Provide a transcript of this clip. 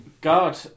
God